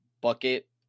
bucket